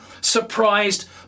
surprised